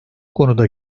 konuda